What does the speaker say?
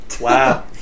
Wow